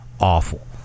awful